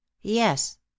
yes